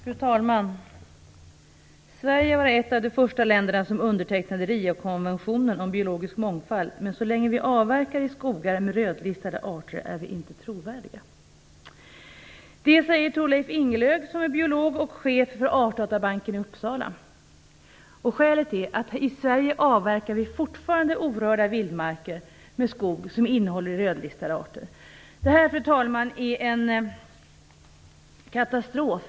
Fru talman! Sverige var ett av de första länder som undertecknade Riokonventionen om biologisk mångfald. Men så länge vi avverkar i skogar med rödlistade arter är vi inte trovärdiga. Det säger Thorleif Ingelöf, som är biolog och chef för Artdatabanken i Uppsala. Skälet är att vi i Sverige fortfarande avverkar orörda vildmarker med skog som innehåller rödlistade arter. Det är, fru talman, en katastrof.